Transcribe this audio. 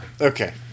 Okay